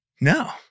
no